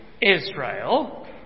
Israel